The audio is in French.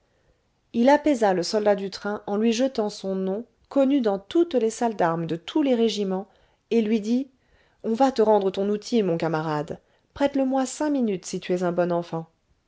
il apaisa le soldat du train en lui jetant son nom connu dans toutes les salles d'armes de tous les régiments et lui dit on va te rendre ton outil mon camarade prête le moi cinq minutes si tu es un bon enfant